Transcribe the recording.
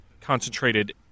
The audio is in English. concentrated